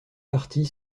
parties